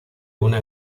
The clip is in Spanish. una